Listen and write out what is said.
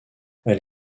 elle